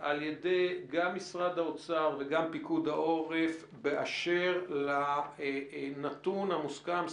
על ידי גם משרד האוצר וגם פיקוד העורף באשר לנתון המוסכם,